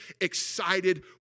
excited